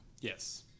Yes